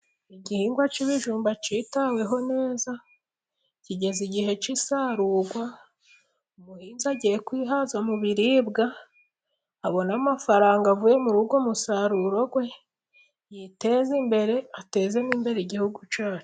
Igihingwa cy'ibijumba cyitaweho neza ,kigeze igihe cy'isarurwa . Umuhinzi agiye kwihaza mu biribwa abone amafaranga avuye muri uwo musaruro we , yiteze imbere ,ateze n' imbere igihugu cyacu.